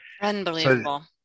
Unbelievable